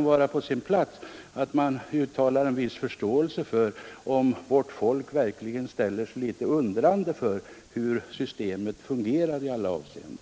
vara på sin plats att uttala en naturligtvis inte nu, men det kan viss förståelse för att vårt folk ställer sig litet undrande till det sätt på vilket systemet fungerar i olika avseenden.